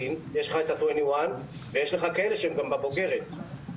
21 ויש כאלו שכבר חברים בנבחרת הבוגרת.